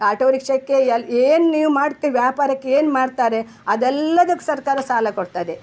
auto ರಿಕ್ಷಕ್ಕೆ ಎಲ್ಲ ಏನು ನೀವು ಮಾಡ್ತಿ ವ್ಯಾಪಾರಕ್ಕೆ ಏನು ಮಾಡ್ತಾರೆ ಅದೆಲ್ಲದಕ್ಕೆ ಸರ್ಕಾರ ಸಾಲ ಕೊಡ್ತದೆ